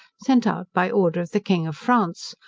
sent out by order of the king of france,